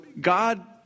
God